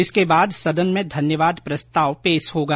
इसके बाद सदन में धन्यवाद प्रस्ताव पास होगा